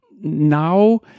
now